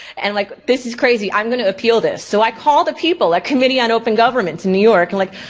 and like this is crazy, i'm gonna appeal this. so i call the people, the ah committee on open government in new york and like,